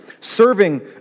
serving